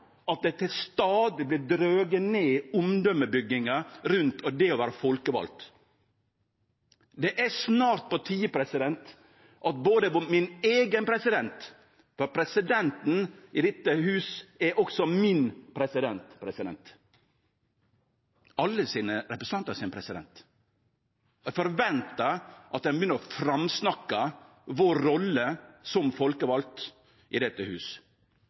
rundt det å vere folkevald stadig vert dregen ned. Det er snart på tide, og det forventar eg, at også min eigen president, for presidenten i dette hus er også min president, presidenten til alle representantane, begynner å framsnakke vår rolle som folkevalde i dette hus,